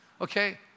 Okay